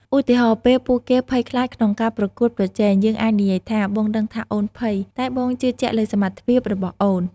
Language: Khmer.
ឧទាហរណ៍ ពេលពួកគេភ័យខ្លាចក្នុងការប្រកួតប្រជែង យើងអាចនិយាយថា បងដឹងថាអូនភ័យ តែបងជឿជាក់លើសមត្ថភាពរបស់អូន។